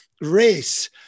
race